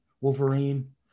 Wolverine